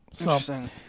Interesting